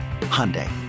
Hyundai